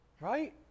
Right